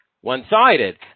one-sided